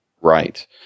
Right